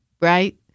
right